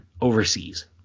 overseas